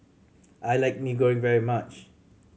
I like Mee Goreng very much